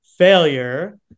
failure